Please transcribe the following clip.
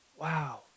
Wow